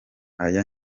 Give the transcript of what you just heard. aya